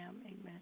amen